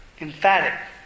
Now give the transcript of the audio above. emphatic